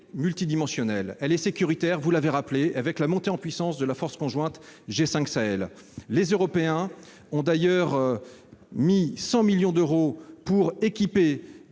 multidimensionnelle. Elle doit être sécuritaire, comme vous l'avez rappelé, avec la montée en puissance de la force conjointe G5 Sahel. Les Européens ont investi 100 millions d'euros pour équiper